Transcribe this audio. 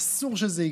אסור שזה יקרה.